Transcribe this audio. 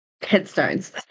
headstones